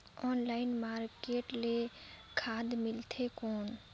Online market ले खाद मिलथे कौन?